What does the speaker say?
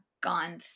gone